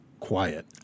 Quiet